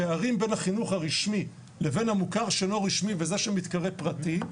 הפערים בין החינוך הרשמי לבין המוכר שאינו רשמי וזה שמתקרא פרטי,